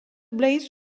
blades